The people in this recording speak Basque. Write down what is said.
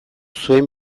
zuen